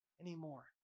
anymore